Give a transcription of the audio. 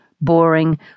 boring